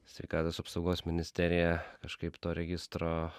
sveikatos apsaugos ministerija kažkaip to registro